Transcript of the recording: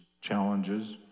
challenges